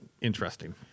interesting